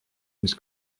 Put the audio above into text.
mis